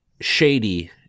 shady